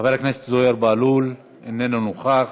חבר הכנסת זוהיר בהלול, אינו נוכח,